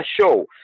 show